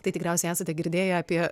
tai tikriausiai esate girdėję apie